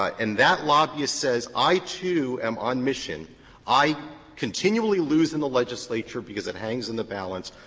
and that lobbyist says i, too, am on mission i continually lose in the legislature because it hangs in the balance,